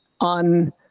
on